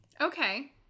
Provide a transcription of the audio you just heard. Okay